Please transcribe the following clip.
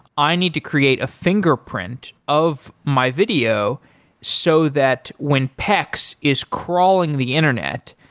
i need to create a fingerprint of my video so that when pex is crawling the internet,